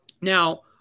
Now